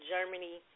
Germany